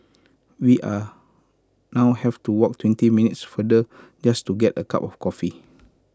we are now have to walk twenty minutes farther just to get A cup of coffee